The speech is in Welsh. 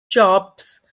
jobs